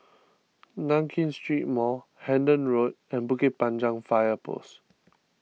Nankin Street Mall Hendon Road and Bukit Panjang Fire Post